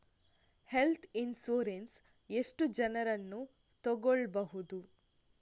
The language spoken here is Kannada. ಹೆಲ್ತ್ ಇನ್ಸೂರೆನ್ಸ್ ಎಷ್ಟು ಜನರನ್ನು ತಗೊಳ್ಬಹುದು?